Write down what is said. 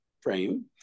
frame